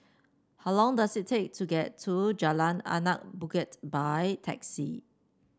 how long does it take to get to Jalan Anak Bukit by taxi